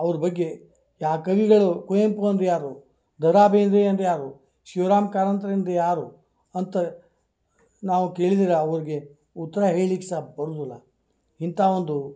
ಅವ್ರ ಬಗ್ಗೆ ಯಾ ಕವಿಗಳು ಕುವೆಂಪು ಅಂದರೆ ಯಾರು ದರಾ ಬೇಂದ್ರೆ ಅಂದರೆ ಯಾರು ಶಿವರಾಮ್ ಕಾರಂತ್ರು ಅಂದರೆ ಯಾರು ಅಂತ ನಾವು ಕೇಳಿದೆ ಅವ್ರ್ಗೆ ಉತ್ತರ ಹೇಳ್ಳಿಕ್ಕೆ ಸಹ ಬರುವುದಿಲ್ಲ ಇಂಥ ಒಂದು